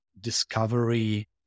discovery